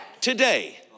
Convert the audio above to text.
today